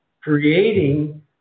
creating